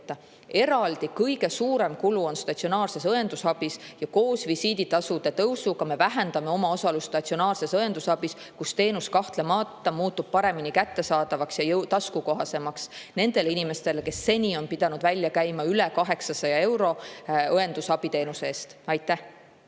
võtta. Eraldi, kõige suurem kulu on statsionaarses õendusabis ja koos visiiditasude tõusuga me vähendame omaosalust statsionaarses õendusabis, kus teenus kahtlemata muutub paremini kättesaadavaks ja taskukohasemaks nendele inimestele, kes seni on pidanud välja käima üle 800 euro õendusabi teenuse eest. Aitäh